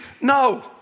No